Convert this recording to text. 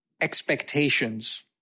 expectations